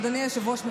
אדוני היושב-ראש,